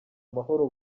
amahoro